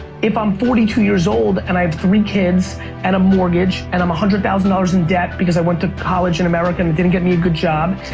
if i'm forty two years old and i have three kids and a mortgage and i'm a hundred thousand dollars in debt, because i went to college in america and it didn't get me a good job,